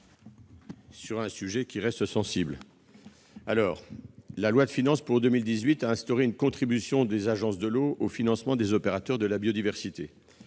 ? Ce sujet reste sensible. La loi de finances pour 2018 a instauré une contribution des agences de l'eau au financement des opérateurs de la biodiversité.